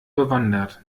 bewandert